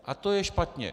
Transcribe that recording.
A to je špatně.